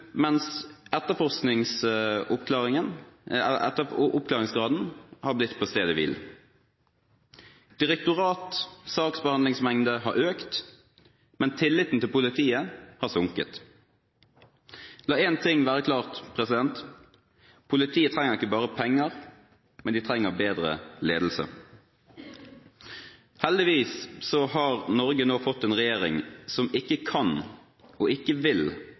mens etterforsknings- og oppklaringsgraden har stått på stedet hvil. Direktorat/saksbehandlingsmengde har økt, men tilliten til politiet har sunket. La en ting være klart: Politiet trenger ikke bare penger, de trenger bedre ledelse. Heldigvis har Norge nå fått en regjering som ikke kan og ikke vil